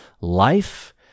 life